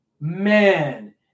Man